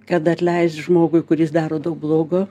kad atleist žmogui kuris daro daug blogo